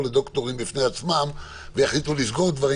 לדוקטורים בפני עצמם ויחליטו לסגור דברים,